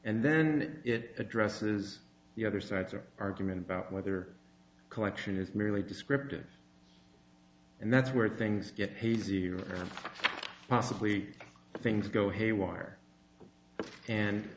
and then it addresses the other sides or argument about whether collection is merely descriptive and that's where things get hazier and possibly things go haywire and